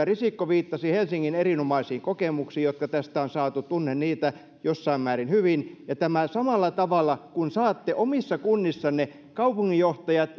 risikko viittasi helsingin erinomaisiin kokemuksiin jotka tästä on saatu tunnen niitä jossain määrin hyvin ja kun samalla tavalla saatte omissa kunnissanne kaupunginjohtajat